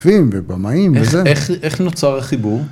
כותבים ובמאים וזה. איך נוצר החיבור?